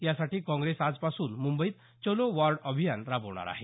यासाठी काँग्रेस आजपासून मुंबईत चलो वॉर्ड अभियान राबवणार आहे